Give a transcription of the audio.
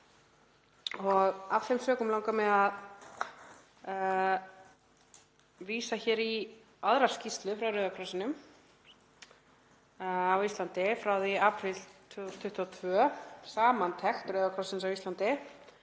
Af þeim sökum langar mig að vísa hér í aðra skýrslu frá Rauða krossinum á Íslandi frá því í apríl 2022, samantekt Rauða krossins á Íslandi